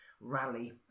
rally